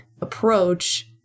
approach